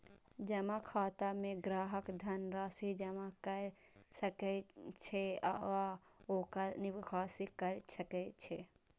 जमा खाता मे ग्राहक धन राशि जमा कैर सकै छै आ ओकर निकासी कैर सकै छै